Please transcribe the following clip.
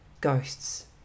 Ghosts